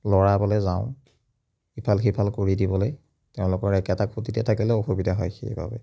লৰাবলৈ যাওঁ ইফাল সিফাল কৰি দিবলৈ তেওঁলোকৰ একেটা খুঁটিতে থাকিলে অসুবিধা হয় সেইবাবে